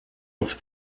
have